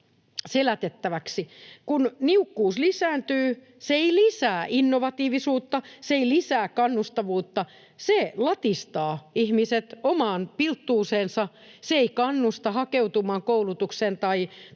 selätettäväksi. Kun niukkuus lisääntyy, se ei lisää innovatiivisuutta, se ei lisää kannustavuutta, se latistaa ihmiset omaan pilttuuseensa. Se ei kannusta hakeutumaan koulutukseen tai